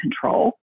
control